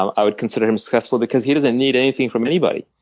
i would consider him successful because he doesn't need anything from anybody.